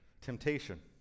Temptation